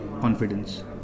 confidence